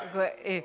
like eh